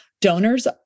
donors